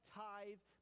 tithe